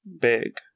big